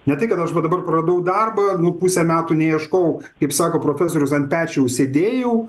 ne tai kad aš va dabar praradau darbą nu pusę metų neieškojau kaip sako profesorius ant pečiaus sėdėjau